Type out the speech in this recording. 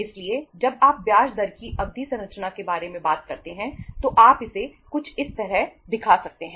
इसलिए जब आप ब्याज दर की अवधि संरचना के बारे में बात करते हैं तो आप इसे कुछ इस तरह दिखा सकते हैं